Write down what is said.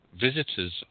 visitors